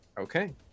okay